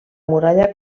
muralla